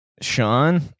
Sean